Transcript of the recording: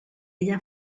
ella